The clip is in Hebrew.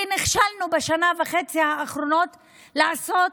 כי נכשלנו בשנה וחצי האחרונות לעשות